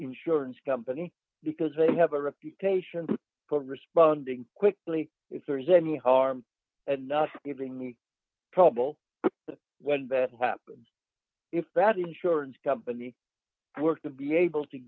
insurance company because they have a reputation for responding quickly if there is any harm and not giving me trouble when that happens if that insurance company i work to be able to